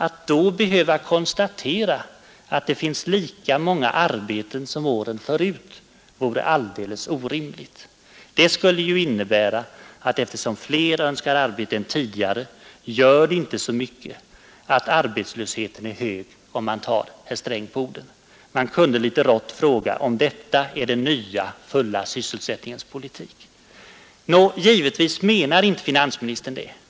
Att då behöva konstatera att det finns lika många arbeten som åren förut vore alldeles orimligt. Det skulle ju innebära, om man tar herr Sträng på orden, att eftersom fler önskar arbete än tidigare gör det inte så mycket, att arbetslösheten är hög. Man kunde litet rått fråga, om detta är den nya Givetvis menar inte finansministern det.